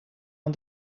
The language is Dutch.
aan